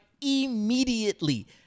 immediately